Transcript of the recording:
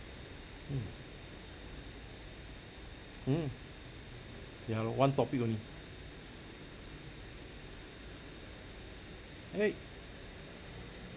hmm hmm ya lor one topic only eh